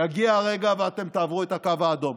יגיע הרגע, ואתם תעברו את הקו האדום,